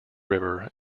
river